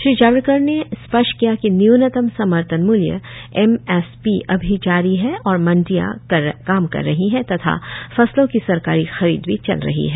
श्री जावडेकर ने स्पष्ट किया कि न्यूनतम समर्थन मूल्य एम एस पी अभी जारी है और मंडियां काम कर रही हैं तथा फसलों की सरकारी खरीद भी चल रही है